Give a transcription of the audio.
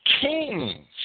kings